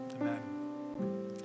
Amen